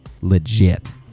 legit